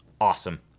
Awesome